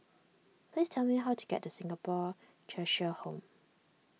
please tell me how to get to Singapore Cheshire Home